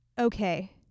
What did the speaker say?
okay